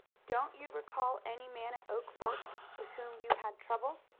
don't you recall any man at oak forks with whom you had trouble?